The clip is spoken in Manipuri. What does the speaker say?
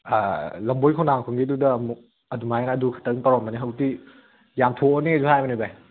ꯂꯝꯕꯣꯏ ꯈꯣꯡꯅꯥꯡꯈꯣꯡꯒꯤꯗꯨꯗ ꯑꯃꯨꯛ ꯑꯗꯨꯃꯥꯏꯅ ꯑꯗꯨ ꯈꯛꯇꯪ ꯇꯧꯔꯝꯕꯅꯦ ꯍꯧꯖꯤꯛ ꯌꯥꯝꯊꯣꯛꯑꯅꯦꯁꯨ ꯍꯥꯏꯕꯅꯦ ꯚꯥꯏ